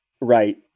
right